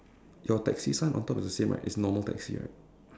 your taxi sign on top is the same right is normal taxi right